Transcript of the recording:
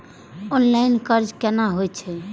Online कर्ज केना होई छै?